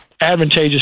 Advantageous